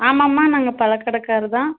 ஆமாம்மா நாங்கள் பழக் கடைக்காரருதான்